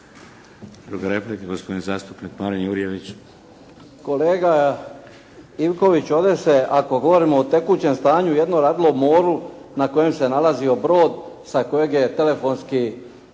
Druga replika, gospodin zastupnik Marin Jurjević. **Jurjević, Marin (SDP)** Kolega Ivković, ovdje se ako govorimo o tekućem stanju jedno radilo o moru na kojem se nalazio brod sa kojeg je telefonski